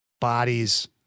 bodies